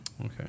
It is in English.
Okay